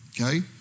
okay